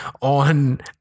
on